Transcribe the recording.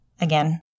again